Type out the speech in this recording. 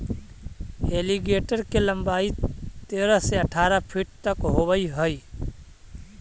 alligator के लंबाई तेरह से अठारह फीट तक होवऽ हइ